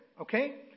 Okay